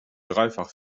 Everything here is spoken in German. dreifach